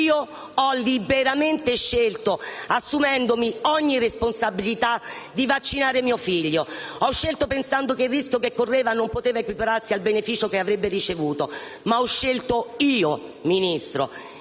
Io ho liberamente scelto, assumendomi ogni responsabilità, di vaccinare mio figlio: ho scelto pensando che il rischio che correva non poteva equipararsi al beneficio che avrebbe ricevuto; ma ho scelto io. Ministro,